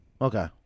Okay